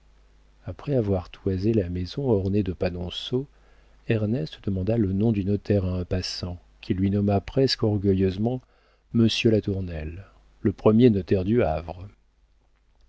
après avoir toisé la maison ornée de panonceaux ernest demanda le nom du notaire à un passant qui lui nomma presque orgueilleusement monsieur latournelle le premier notaire du havre